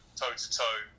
toe-to-toe